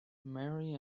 marry